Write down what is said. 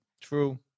True